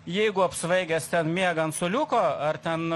jeigu apsvaigęs miega ant suoliuko ar ten